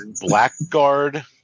Blackguard